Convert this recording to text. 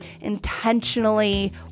intentionally